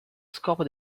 scopo